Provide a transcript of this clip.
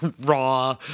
raw